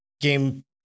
game